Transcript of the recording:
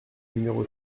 numéro